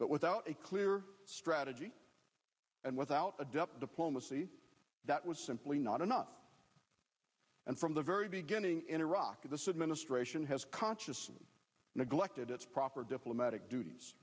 but without a clear strategy and without adept diplomacy that was simply not enough and from the very beginning in iraq this administration has consciously neglected its proper diplomatic duties